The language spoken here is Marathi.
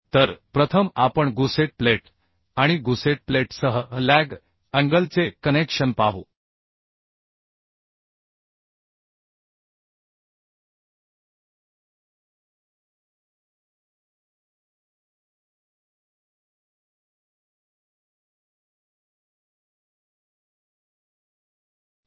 तर प्रथम आपण गुसेट प्लेट आणि गुसेट प्लेटसह लॅग अँगलचे कनेक्शन पाहू